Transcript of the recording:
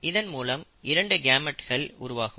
இதன் மூலம் இரண்டு கேமெட்கள் உருவாகும்